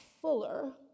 fuller